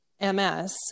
MS